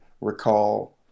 recall